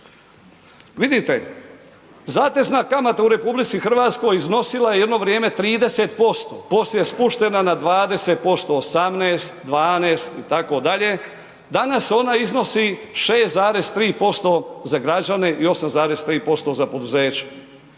Vidite, zatezna kamata u RH iznosila je jedno vrijeme 30%, poslije je spuštena na 20%, 18, 12 itd., danas ona iznosi 6,3% za građane i 8,3% za poduzeća.